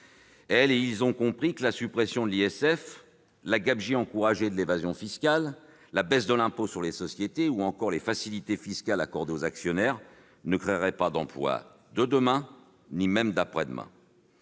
l'impôt de solidarité sur la fortune, l'ISF, la gabegie encouragée de l'évasion fiscale, la baisse de l'impôt sur les sociétés ou encore les facilités fiscales accordées aux actionnaires ne créaient ni l'emploi de demain, ni même celui d'après-demain.